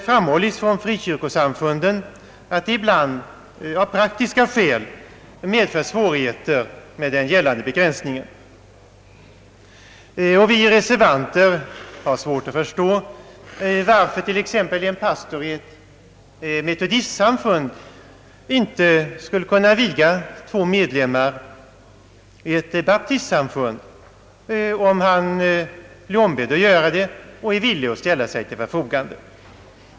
Från frikyrkosamfunden har framhållits att den gällande begränsningen ibland medför praktiska svårigheter, och vi reservanter har svårt att förstå varför t.ex. en pastor i ett metodistsamfund inte skulle kunna viga två medlemmar av ett baptistsamfund, om han blir ombedd att göra det och är villig att ställa sig till förfogande.